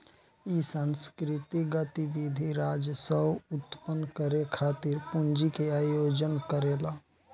इ सांस्कृतिक गतिविधि राजस्व उत्पन्न करे खातिर पूंजी के आयोजन करेला